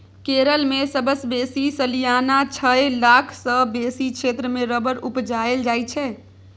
केरल मे सबसँ बेसी सलियाना छअ लाख सँ बेसी क्षेत्र मे रबर उपजाएल जाइ छै